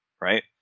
right